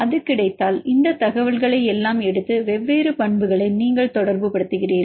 அது கிடைத்தால் இந்த தகவல்களையெல்லாம் எடுத்து வெவ்வேறு பண்புகளை நீங்கள் தொடர்புபடுத்துகிறீர்கள்